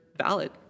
valid